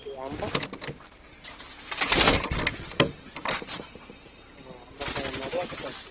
ଏ ଆମ୍ବ ଆମ୍ବ ନଡ଼ିଆ କେତେ ଅଛି